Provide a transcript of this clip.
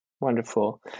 wonderful